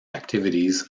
activities